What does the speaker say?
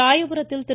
ராயபுரத்தில் திரு